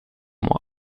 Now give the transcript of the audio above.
moi